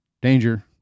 danger